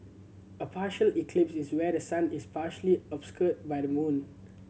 a partial eclipse is where the sun is partially obscured by the moon